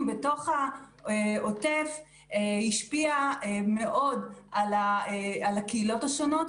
בתוך העוטף השפיע מאוד על הקהילות השונות,